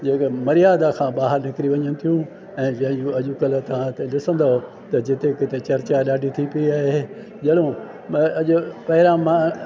जेका मर्यादा खां ॿाहिरि निकिरी वञनि थियूं ऐं जो अॼुकल्ह तव्हांखे ॾिसंदो त जिते किथे चर्चा ॾाढी थी पई आहे जहिड़ो त अॼु पहिरिया मां